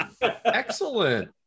Excellent